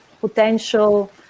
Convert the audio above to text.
potential